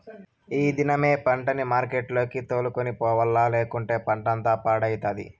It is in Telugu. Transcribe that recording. ఈ దినమే పంటని మార్కెట్లకి తోలుకొని పోవాల్ల, లేకంటే పంటంతా పాడైతది